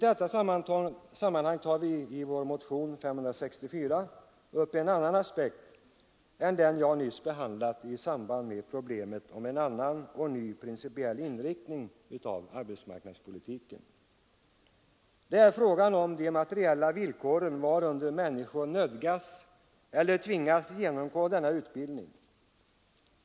Vi tar i vår motion 564 upp en annan aspekt än den jag nyss behandlade i samband med behovet av en principiellt ny inriktning av arbetsmarknadspolitiken. Det är frågan om de materiella villkor varunder människor tvingas genomgå denna utbildning.